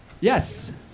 Yes